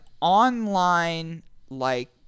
online-like